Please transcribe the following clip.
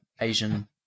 asian